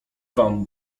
wam